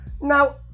Now